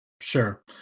Sure